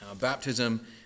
Baptism